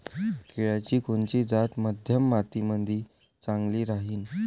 केळाची कोनची जात मध्यम मातीमंदी चांगली राहिन?